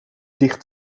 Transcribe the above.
dicht